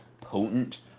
potent